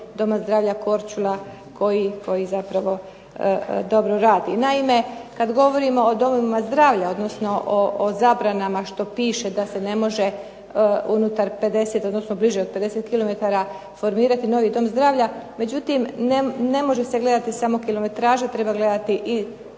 Doma zdravlja Korčula koji zapravo dobro radi. Naime, kad govorimo o domovima zdravlja odnosno o zabranama što piše da se ne može unutar 50 odnosno bliže od 50 km formirati novi dom zdravlja, međutim ne može se gledati samo kilometraža, treba gledati i